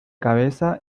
cabeza